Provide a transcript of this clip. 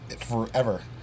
forever